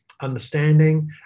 understanding